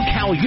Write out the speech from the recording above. Cal